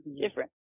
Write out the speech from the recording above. Different